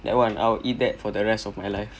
that one I'll eat that for the rest of my life